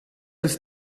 ist